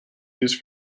used